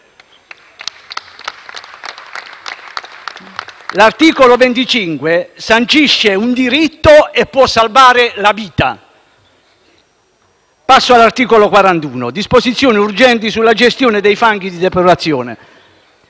L’articolo 25 sancisce un diritto e può salvare la vita. Passo all’articolo 41 che reca disposizioni urgenti sulla gestione dei fanghi di depurazione.